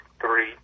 three